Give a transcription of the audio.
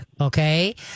Okay